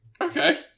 Okay